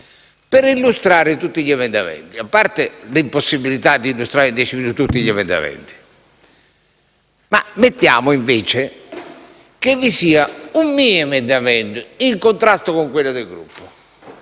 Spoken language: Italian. per illustrare tutti gli emendamenti. A parte l'impossibilità di illustrare in dieci minuti tutti gli emendamenti, consideriamo il caso in cui vi sia un mio emendamento in contrasto con il Gruppo.